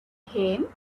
him